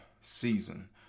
season